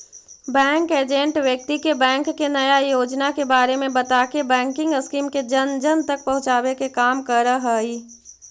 bank agent व्यक्ति के bank के नया योजना के बारे में बताके बैंकिंग स्कीम के जन जन तक पहुंचावे के काम करऽ हइ